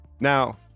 Now